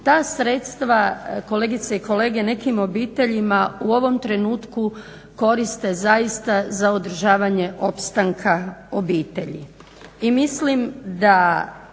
ta sredstva kolegice i kolege nekim obiteljima u ovom trenutku koriste zaista za održavanje opstanka obitelji.